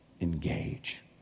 engage